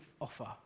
offer